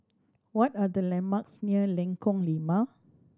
what are the landmarks near Lengkong Lima